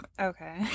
Okay